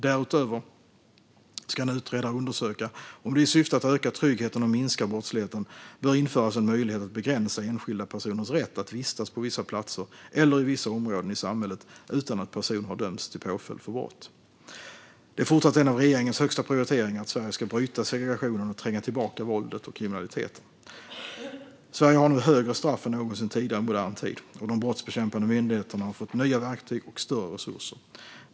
Därutöver ska en utredare undersöka om det i syfte att öka tryggheten och minska brottsligheten bör införas en möjlighet att begränsa enskilda personers rätt att vistas på vissa platser eller i vissa områden i samhället utan att personen har dömts till påföljd för brott. Det är fortsatt en av regeringens högsta prioriteringar att Sverige ska bryta segregationen och tränga tillbaka våldet och kriminaliteten. Sverige har nu högre straff än någonsin tidigare i modern tid, och de brottsbekämpande myndigheterna har fått nya verktyg och större resurser.